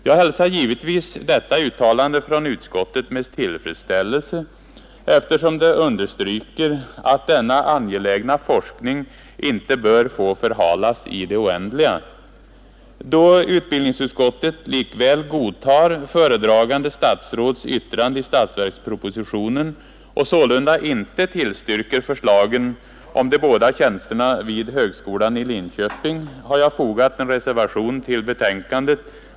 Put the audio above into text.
Jag hälsar givetvis detta utskottets uttalande med tillfredsställelse, eftersom det understryker att denna angelägna forskning inte bör få förhalas i det oändliga. Då utbildningsutskottet likväl godtar föredragande statsråds yttrande i statsverkspropositionen och sålunda inte tillstyrker de båda tjänsterna vid högskolan i Linköping har jag fogat en reservation till betänkandet.